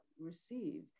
receive